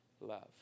love